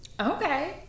Okay